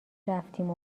رفتیم